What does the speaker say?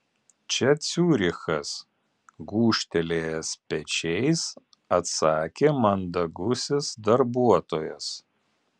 čia ciurichas gūžtelėjęs pečiais atsakė mandagusis darbuotojas